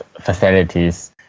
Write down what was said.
facilities